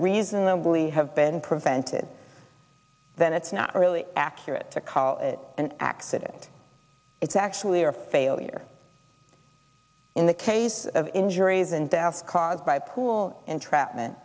reasonably have been prevented then it's not really accurate to call it an accident it's actually a failure in the case of injuries and deaths caused by poor entrapment